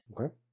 Okay